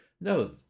no